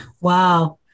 Wow